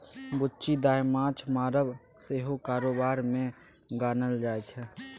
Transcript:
बुच्ची दाय माँछ मारब सेहो कारोबार मे गानल जाइ छै